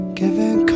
giving